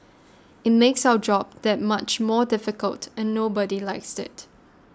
it makes our job that much more difficult and nobody likes it